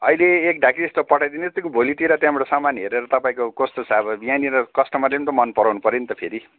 अहिले एक ढाकी जस्तो पठाइदिनुहोस् त्यो भोलितिर त्यहाँबाट सामान हेरेर तपाईँको कस्तो छ अब यहाँनिर कस्टमरले पनि त मन पराउनु पऱ्यो नि त फेरि